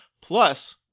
plus